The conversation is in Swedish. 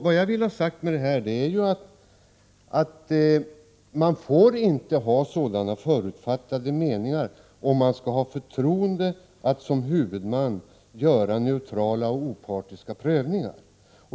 Vad jag vill ha sagt med detta är att man inte får ha förutfattade meningar om man skall ha förtroendet att som huvudman göra neutrala och opartiska prövningar.